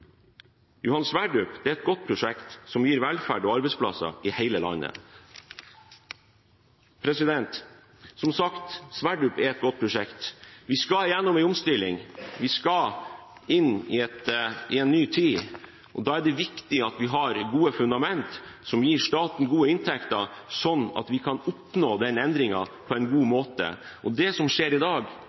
Johan Sverdrup er et godt prosjekt, som gir velferd og arbeidsplasser i hele landet. Som sagt, Sverdrup er et godt prosjekt. Vi skal igjennom en omstilling, vi skal inn i en ny tid, og da er det viktig at vi har gode fundament som gir staten gode inntekter, slik at vi kan oppnå den endringen på en god måte. De beslutningene vi gjør her i dag,